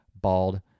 bald